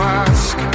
ask